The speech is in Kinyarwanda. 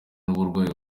n’uburwayi